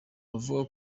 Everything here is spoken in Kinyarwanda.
abavuga